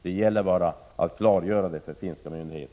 Det gäller att klargöra det för det